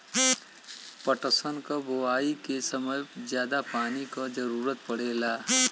पटसन क बोआई के समय जादा पानी क जरूरत पड़ेला